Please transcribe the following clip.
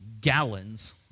gallons